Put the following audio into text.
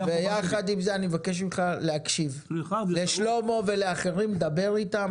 ויחד עם זה אני מבקש ממך להקשיב לשלמה ולאחרים לדבר איתם,